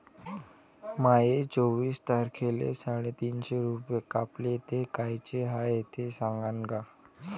माये चोवीस तारखेले साडेतीनशे रूपे कापले, ते कायचे हाय ते सांगान का?